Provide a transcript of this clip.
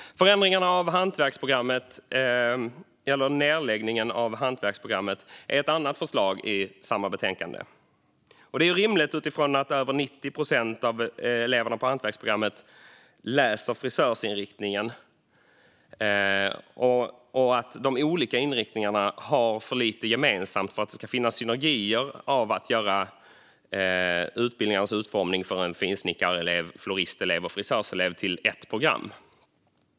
Förändringar av hantverksprogrammet - eller nedläggning av hantverksprogrammet - är ett annat förslag i samma betänkande. Det är rimligt utifrån att över 90 procent av eleverna på hantverksprogrammet läser frisörsinriktningen och utifrån att de olika inriktningarna har för lite gemensamt för att det ska bli synergieffekter av att man gör utbildningarna för finsnickarelever, floristelever och frisörselever till ett program.